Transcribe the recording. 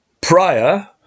Prior